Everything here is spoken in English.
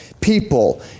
people